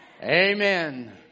Amen